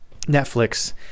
Netflix